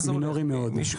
מינורי מאוד.